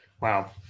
wow